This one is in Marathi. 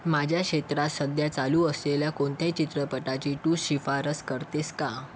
माझ्या क्षेत्रात सध्या चालू असलेल्या कोणत्याही चित्रपटाची तू शिफारस करतेस का